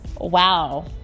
Wow